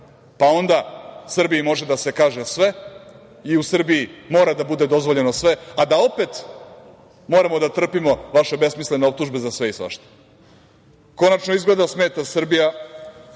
Onda Srbiji može da se kaže sve, i u Srbiji mora da bude dozvoljeno sve, a da opet moramo da trpimo vaše besmislene optužbe za sve i svašta. Konačno, izgleda smeta Srbija